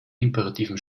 imperativen